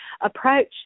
approach